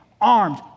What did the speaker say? armed